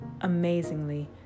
amazingly